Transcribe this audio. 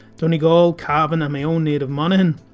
donegal, cavan, and my own native monaghan.